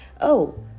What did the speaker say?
Oh